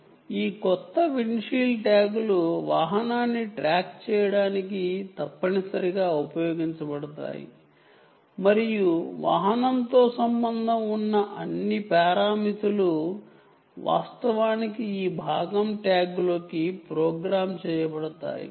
బయటకి వచ్చే ప్రతీ కొత్త కారు కి ఈ విండ్షీల్డ్ ట్యాగ్లు ఉంటాయి ఇవి వాహనాన్ని ట్రాక్ చేయడానికి తప్పనిసరిగా ఉపయోగించబడతాయి మరియు వాహనంతో సంబంధం ఉన్న అన్ని పారామితులు వాస్తవానికి ఈ ట్యాగ్లోకి ప్రోగ్రామ్ చేయబడతాయి